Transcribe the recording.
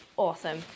Awesome